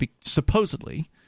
supposedly